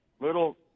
little